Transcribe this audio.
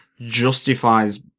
justifies